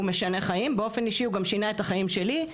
הוא משנה חיים ובאופן אישי הוא גם שינה את החיים שלי,